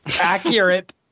accurate